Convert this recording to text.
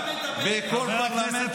ולא מתבייש.